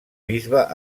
bisbe